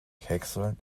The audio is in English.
hexham